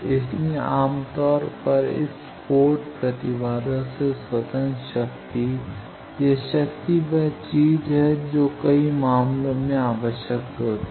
इसलिए आमतौर पर पोर्ट प्रतिबाधा से स्वतंत्र शक्ति यह शक्ति वह चीज है जो कई मामलों में आवश्यक होती है